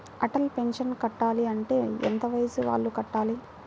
Atal pension కట్టాలి అంటే ఎంత వయసు వాళ్ళు కట్టాలి?